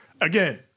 again